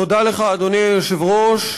תודה לך, אדוני היושב-ראש.